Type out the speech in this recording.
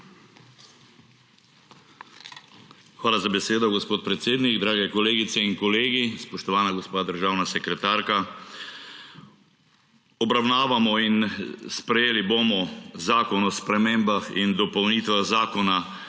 Hvala za besedo, gospod predsednik. Dragi kolegice in kolegi, spoštovana gospa državna sekretarka! Obravnavamo in sprejeli bomo Predlog zakona o spremembah in dopolnitvah Zakona